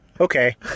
Okay